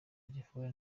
telefone